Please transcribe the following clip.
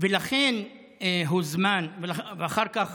אחר כך